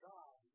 God